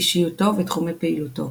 אישיותו ותחומי פעילותו